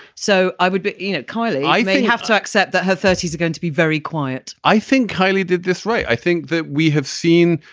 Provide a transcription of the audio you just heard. so i would be, you know, kylie, they have to accept that her thirty s are going to be very quiet. i think kylie did this right i think that we have seen,